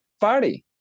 party